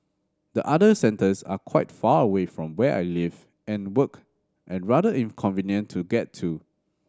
the other centres are quite far away from where I live and work and rather inconvenient to get to